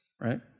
right